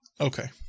Okay